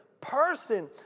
person